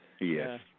Yes